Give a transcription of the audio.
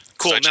Cool